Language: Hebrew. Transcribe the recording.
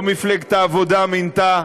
לא מפלגת העבודה מינתה.